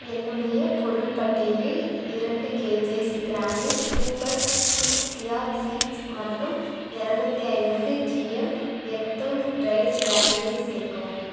என்னுடைய பொருள் பட்டியலில் இரண்டு கேஜிஎஸ் கிராமி சூப்பர் ஃபுட் சியா சீட்ஸ் மற்றும் இரநூத்தி ஐம்பது ஜிஎம் எர்தோன் ட்ரைடு க்ரான்பெர்ரி சேர்க்கவும்